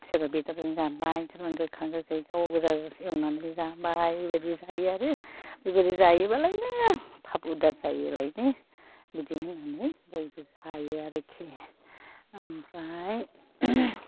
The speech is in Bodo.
सोरबा बेदरजों जाबाय सोरबा गोखा गोखै गाव गोजा एवनानै जाबाय बेबादि जायो आरो बेबादि जायोबालायनो फाप उदार जायोलायनो बिदि होन्नानै बयबो जायो आरोखि ओमफ्राय